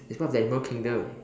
it's part of the animal kingdom